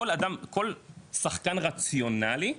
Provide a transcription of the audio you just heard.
כל שחקן רציונלי,